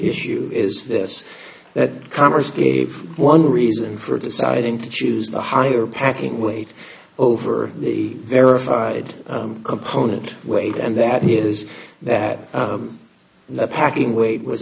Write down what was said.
issue is this that congress gave one reason for deciding to choose the higher packing weight over the verified component weight and that is that the packing weight was